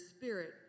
spirit